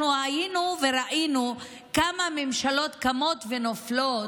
אנחנו היינו וראינו כמה ממשלות קמות ונופלות,